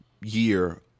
year